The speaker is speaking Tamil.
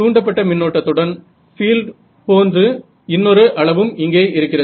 தூண்டப்பட்ட மின்னோட்டத்துடன் பீல்ட் பூண்டு இன்னொரு அளவும் இங்கே இருக்கிறது